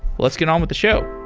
let's get on with the show.